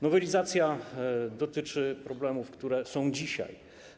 Nowelizacja dotyczy problemów, które są dzisiaj.